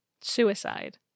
Suicide